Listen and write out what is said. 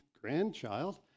grandchild